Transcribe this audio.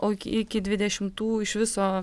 o iki dvidešimtų iš viso